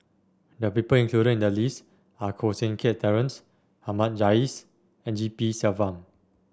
the people included in the list are Koh Seng Kiat Terence Ahmad Jais and G P Selvam